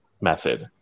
method